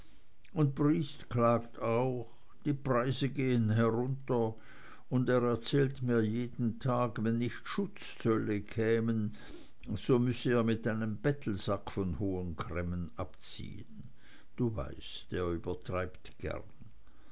und briest klagt auch die preise gehen herunter und er erzählt mir jeden tag wenn nicht schutzzölle kämen so müßte er mit einem bettelsack von hohen cremmen abziehen du weißt er übertreibt gern